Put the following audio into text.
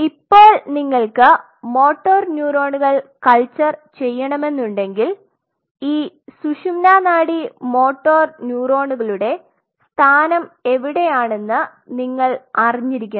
ഇപ്പോൾ നിങ്ങൾക്ക് മോട്ടോർ ന്യൂറോണുകൾ കൾച്ചർ ചെയ്യണമെന്നുടെങ്കിൽ ഈ സുഷുമ്നാ നാഡി മോട്ടോർ ന്യൂറോണുകളുടെ സ്ഥാനം എവിടെയാണെന്ന് നിങ്ങൾ അറിഞ്ഞിരിക്കണം